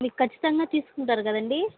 మీరు ఖచ్చితంగా తీసుకుంటారు కదండీ